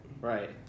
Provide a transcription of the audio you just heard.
right